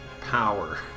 power